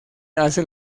hace